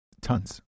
tons